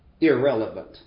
irrelevant